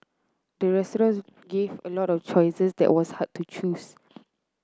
the restaurant gave a lot of choices that was hard to choose